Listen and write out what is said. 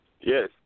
Yes